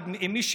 ועדה כזאת,